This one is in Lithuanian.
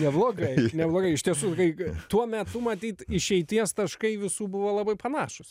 neblogai neblogai iš tiesų tai tuo metu matyt išeities taškai visų buvo labai panašūs